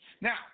Now